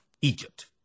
Egypt